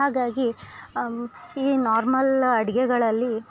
ಹಾಗಾಗಿ ಈ ನಾರ್ಮಲ್ ಅಡಿಗೆಗಳಲ್ಲಿ